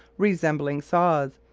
resembling saws,